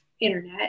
internet